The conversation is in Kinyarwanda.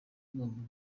igomba